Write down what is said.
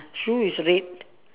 shoe is red